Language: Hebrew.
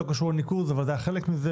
שלא קשורה לניקוז אבל זה היה חלק מזה.